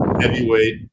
heavyweight